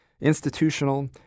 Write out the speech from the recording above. institutional